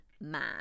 man